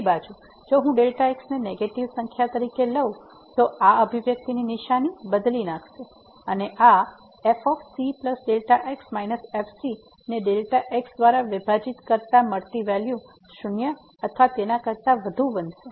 બીજી બાજુ જો હું x ને નેગેટીવ સંખ્યા તરીકે લઉં તો આ અભિવ્યક્તિની નિશાની બદલી નાખશે અને આ f cx f ને x દ્વારા વિભાજિત કરતા મળતી વેલ્યુ શૂન્ય અથવા તેના કરતા વધુ બનશે